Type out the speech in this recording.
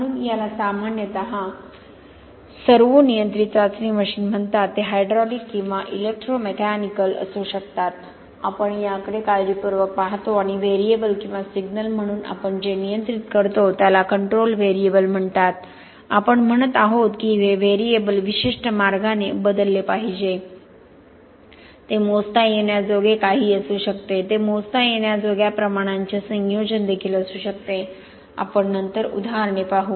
म्हणून याला सामान्यतः सर्वो नियंत्रित चाचणी मशीन म्हणतात ते हायड्रॉलिक किंवा इलेक्ट्रोमेकॅनिकल hydraulic or electromechanicalअसू शकतात आपण याकडे काळजीपूर्वक पाहतो आणि व्हेरिएबल किंवा सिग्नल म्हणून आपण जे नियंत्रित करतो त्याला कंट्रोल व्हेरिएबल म्हणतात आपण म्हणत आहोत की हे व्हेरिएबल विशिष्ट मार्गाने बदलले पाहिजे ते मोजता येण्याजोगे काहीही असू शकते ते मोजता येण्याजोग्या प्रमाणांचे संयोजन देखील असू शकते आपण नंतर उदाहरणे पाहू